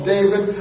David